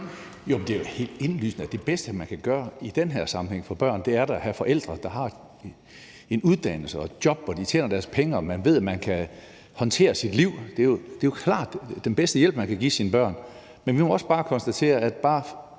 det bedste for børn i den her sammenhæng er at have forældre, der har en uddannelse og et job, hvor de tjener deres egne penge, og hvor man ved, at man kan håndtere sit liv. Det er jo klart den bedste hjælp, man kan give sine børn. Men vi må også bare konstatere, at bare